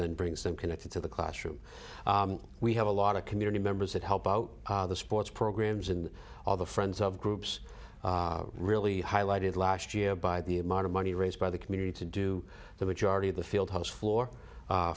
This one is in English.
then brings them connected to the classroom we have a lot of community members that help out the sports programs and all the friends of groups really highlighted last year by the amount of money raised by the community to do the majority of the field house floor